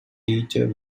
teacher